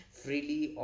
freely